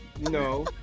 no